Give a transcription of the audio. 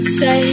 say